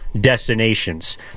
destinations